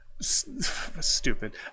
Stupid